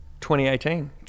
2018